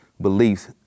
beliefs